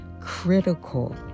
critical